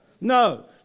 No